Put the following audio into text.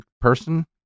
person